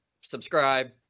subscribe